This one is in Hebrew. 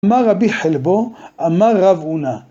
‫מה רבי חלבו אמר רב עונה?